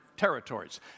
Territories